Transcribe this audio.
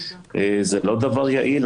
זה לא דבר יעיל,